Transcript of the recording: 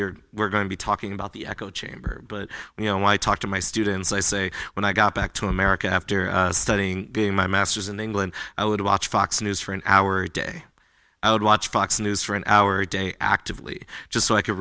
you're we're going to be talking about the echo chamber but you know i talk to my students i say when i got back to america after studying game my masters in england i would watch fox news for an hour a day i would watch fox news for an hour a day actively just